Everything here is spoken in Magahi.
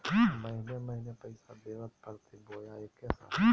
महीने महीने पैसा देवे परते बोया एके साथ?